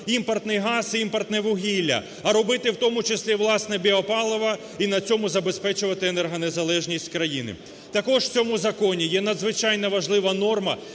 імпортний газ, імпортне вугілля, а робити, в тому числі, власне біопаливо і на цьому забезпечувати енергонезалежність країни. Також в цьому законі є надзвичайно важлива норма,